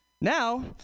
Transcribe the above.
Now